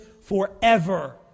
forever